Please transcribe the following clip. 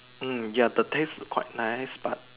mm ya the taste quite nice but